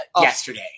yesterday